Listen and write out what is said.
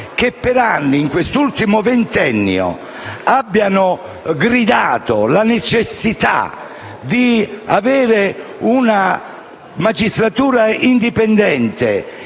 che per anni, in questo ultimo ventennio, hanno gridato la necessità di avere una magistratura indipendente